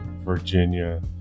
Virginia